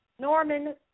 Norman